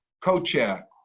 co-chair